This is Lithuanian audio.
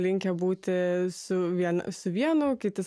linkę būti su vien su vienu o kiti